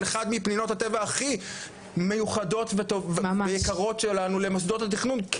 אחד מפנינות הטבע הכי מיוחדות ויקרות שלנו למוסדות התכנון,